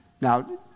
Now